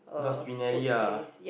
must be Nelly ah